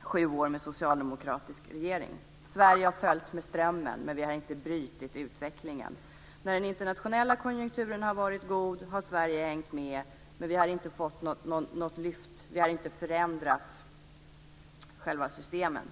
sju år med socialdemokratisk regering. Sverige har följt med strömmen, men vi har inte brutit utvecklingen. När den internationella konjunkturen har varit god har Sverige hängt med, men vi har inte fått något lyft, och vi har inte förändrat själva systemen.